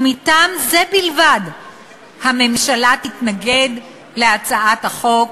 ומטעם זה בלבד הממשלה תתנגד להצעת החוק.